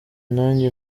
nanjye